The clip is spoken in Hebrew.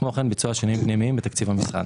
כמו כן ביצוע שינויים פנימיים בתקציב המשרד.